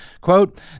quote